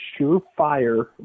surefire